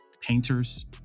painters